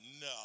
no